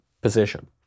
position